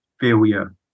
failure